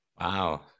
Wow